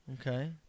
Okay